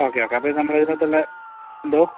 okay okay അപ്പം നമ്മൾ ഇതിനകത്ത് ഉള്ള എന്തോ